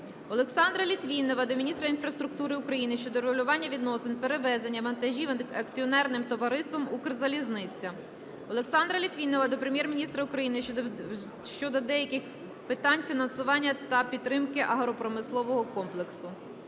Олександра Літвінова до міністра інфраструктури України щодо врегулювання відносин перевезення вантажів Акціонерним товариством "Укрзалізниця". Олександра Літвінова до Прем'єр-міністра України щодо деяких питань фінансування та підтримки агропромислового комплексу.